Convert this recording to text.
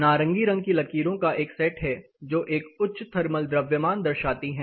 नारंगी रंग की लकीरों का एक सेट है जो एक उच्च थर्मल द्रव्यमान दर्शाती है